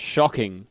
Shocking